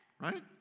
Right